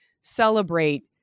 celebrate